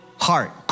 heart